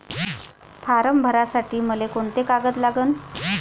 Form भरासाठी मले कोंते कागद लागन?